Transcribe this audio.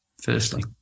firstly